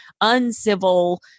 uncivil